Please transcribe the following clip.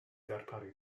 darparu